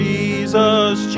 Jesus